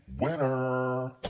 winner